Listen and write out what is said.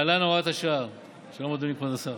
שלום, אדוני כבוד השר